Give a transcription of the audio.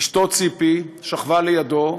אשתו ציפי שכבה לידו,